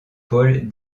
paul